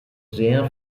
sehr